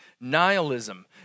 Nihilism